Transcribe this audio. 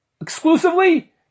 exclusively